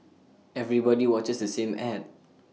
everybody watches the same Ad